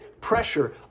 pressure